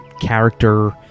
character